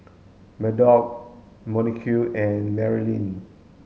Murdock Monique and Marylin